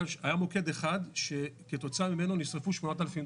והיה מוקד אחד שכתוצאה ממנו נשרפו 8,000 דונם.